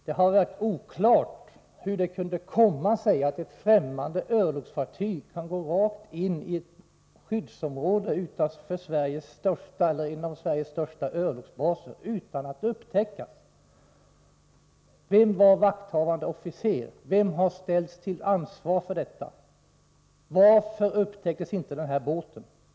Det har varit oklart hur det kunde komma sig att ett främmande örlogsfartyg kunde gå rakt in i ett skyddsområde utanför en av Sveriges största örlogsbaser utan att upptäckas. Vem var vakthavande officer? Vem har ställts till ansvar för detta? Varför upptäcktes inte den här båten?